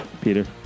Peter